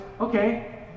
okay